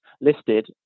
listed